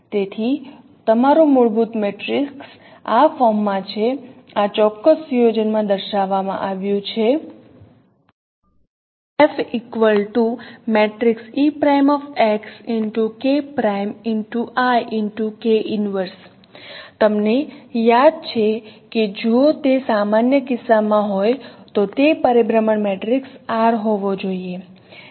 તેથી તમારું મૂળભૂત મેટ્રિક્સ આ ફોર્મમાં છે આ ચોક્કસ સુયોજનમાં દર્શાવવામાં આવ્યું છે તમને યાદ છે કે જો તે સામાન્ય કિસ્સામાં હોય તો તે પરિભ્રમણ મેટ્રિક્સ R હોવો જોઈએ